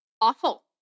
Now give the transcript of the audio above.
awful